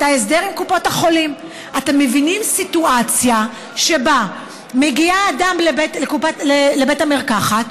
ההסדר עם קופות החולים: אתם מבינים סיטואציה שבה מגיע אדם לבית המרקחת,